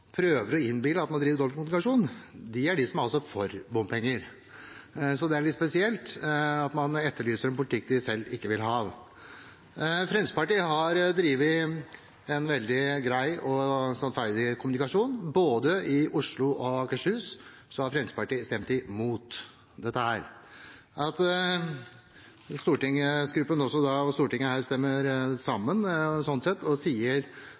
prøver å innbille folk at vi driver med dobbeltkommunikasjon, som er de som er for bompenger. Det er litt spesielt at man etterlyser en politikk man selv ikke vil ha. Fremskrittspartiet har hatt en veldig grei og sannferdig kommunikasjon. I både Oslo og Akershus har Fremskrittspartiet stemt imot dette. Stortingsgruppen er samstemt og sier